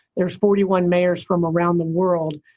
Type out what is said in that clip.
there's forty one mayors from around the world.